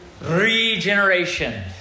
regeneration